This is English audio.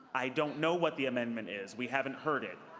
i don't know what the amendment is. we haven't heard it.